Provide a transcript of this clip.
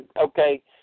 okay